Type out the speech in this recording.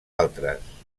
altres